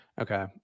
Okay